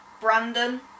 Brandon